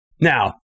Now